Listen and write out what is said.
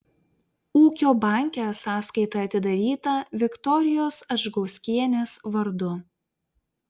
ūkio banke sąskaita atidaryta viktorijos adžgauskienės vardu